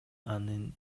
анын